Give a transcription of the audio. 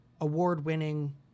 award-winning